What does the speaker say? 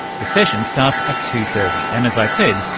the session starts at two. thirty, and as i said,